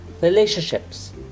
Relationships